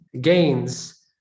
gains